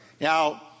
Now